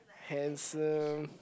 handsome